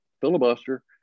filibuster